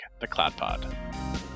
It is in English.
theCloudPod